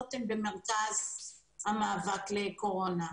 מנת לאפשר את העבודה של המשק בצורה חופשית כמה שיותר.